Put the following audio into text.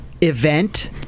event